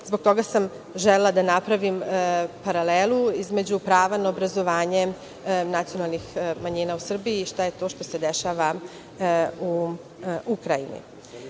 zbog toga sam i želela da napravim paralelu između prava na obrazovanje nacionalnih manjina u Srbiji i šta je to što se dešava u Ukrajini.